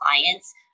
clients